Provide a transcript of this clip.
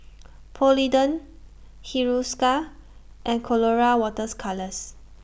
Polident Hiruscar and Colora Water's Colours